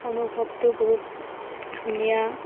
অনুভৱটো বহুত ধুনীয়া